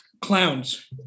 Clowns